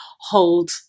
hold